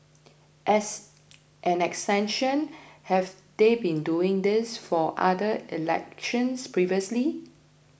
as an extension have they been doing this for other elections previously